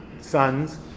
sons